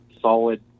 solid